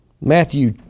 Matthew